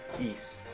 east